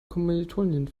kommilitonin